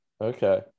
okay